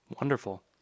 Wonderful